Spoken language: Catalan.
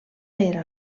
era